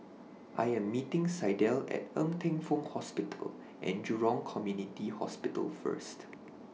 I Am meeting Sydell At Ng Teng Fong Hospital and Jurong Community Hospital First